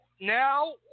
now